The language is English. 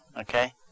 okay